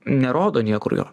nerodo niekur jo